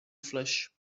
flesh